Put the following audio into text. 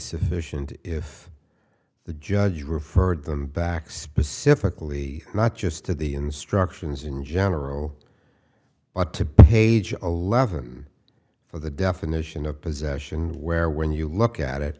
sufficient if the judge referred them back specifically not just to the instructions in general but to paid eleven for the definition of possession where when you look at it